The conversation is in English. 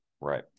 Right